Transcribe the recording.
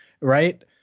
Right